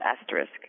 asterisk